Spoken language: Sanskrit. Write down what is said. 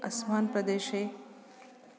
अस्मान् प्रदेशे